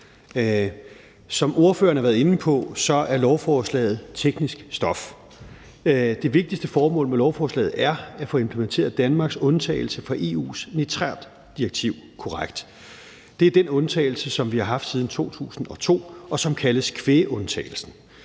Som ordførerne har været inde på, er lovforslaget teknisk stof. Det vigtigste formål med lovforslaget er at få implementeret Danmarks undtagelse fra EU's nitratdirektiv korrekt. Det er den undtagelse, som vi har haft siden 2002, og som kaldes kvægundtagelsen.